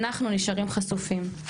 אנחנו נשארים חשופים.